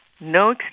no